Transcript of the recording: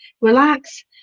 relax